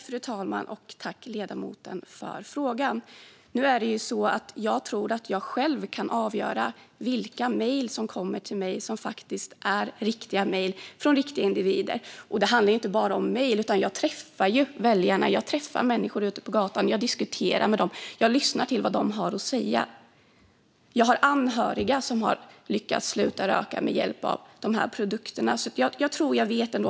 Fru talman! Tack, ledamoten, för frågan! Nu är det så att jag tror att jag själv kan avgöra vilka mejl som kommer till mig som är riktiga mejl från riktiga individer. Det handlar inte bara om mejl. Jag träffar väljarna och människor ute på gatan. Jag diskuterar med dem, och jag lyssnar till vad de har att säga. Jag har anhöriga som har lyckats sluta röka med hjälp av dessa produkter.